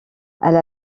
elle